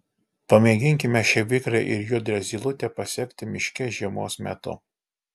pamėginkime šią vikrią ir judrią zylutę pasekti miške žiemos metu